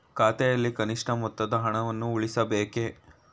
ಖಾತೆಯಲ್ಲಿ ಕನಿಷ್ಠ ಮೊತ್ತದ ಹಣವನ್ನು ಉಳಿಸಬೇಕೇ?